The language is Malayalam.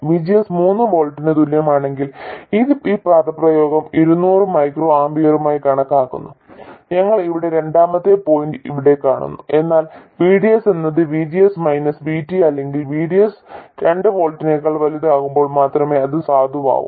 VGS മൂന്ന് വോൾട്ടിന് തുല്യമാണെങ്കിൽ ഈ പദപ്രയോഗം ഇരുന്നൂറ് മൈക്രോ ആമ്പിയറുകളായി കണക്കാക്കുന്നു ഞങ്ങൾ ഇവിടെ രണ്ടാമത്തെ പോയിന്റ് ഇവിടെ കാണുന്നു എന്നാൽ VDS എന്നത് VGS മൈനസ് VT അല്ലെങ്കിൽ VDS രണ്ട് വോൾട്ടിനേക്കാൾ വലുതാകുമ്പോൾ മാത്രമേ അത് സാധുവാകൂ